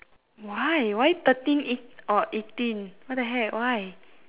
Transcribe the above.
why why thirteen eight or eighteen why the heck why